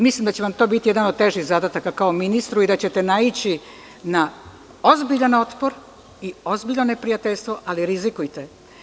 Mislim da će vam to biti jedan od težih zadataka kao ministra i da ćete naići na ozbiljan otpor i ozbiljno neprijateljstvo, ali rizikujte.